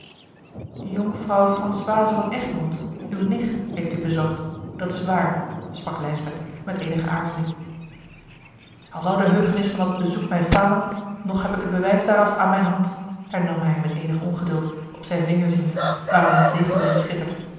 jonkvrouw françoise van egmond uwe nicht heeft u bezocht dat is waar sprak lijsbeth met eenige aarzeling al zou de heugenis van dat bezoek mij falen nog heb ik het bewijs daaraf aan mijne hand hernam hij met eenig ongeduld op zijn vinger ziende waaraan een zegelring schitterde